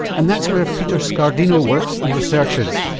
and that's where peter scardino works and researches.